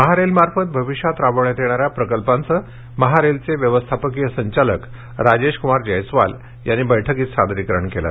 महारेल मार्फत भविष्यात राबविण्यात येणाऱ्या प्रकल्पाचं महारेलचे व्यवस्थापकीय संचालक राजेशकुमार जैस्वाल यांनी बैठकीत सादरीकरण केलं